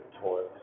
toys